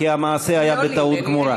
כי המעשה היה בטעות גמורה.